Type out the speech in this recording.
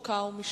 חוק ומשפט.